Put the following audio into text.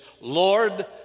Lord